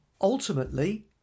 Ultimately